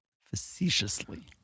Facetiously